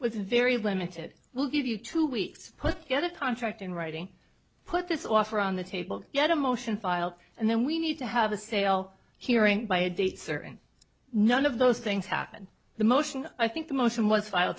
with very limited we'll give you two weeks put together contract in writing put this offer on the table yet a motion filed and then we need to have a sale hearing by a date certain none of those things happened the motion i think the motion was file